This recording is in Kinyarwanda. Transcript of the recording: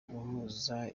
guhuza